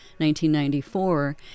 1994